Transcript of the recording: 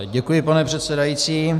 Děkuji, pane předsedající.